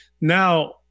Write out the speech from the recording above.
now